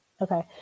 okay